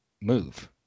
move